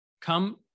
Come